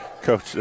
Coach